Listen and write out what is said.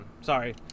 Sorry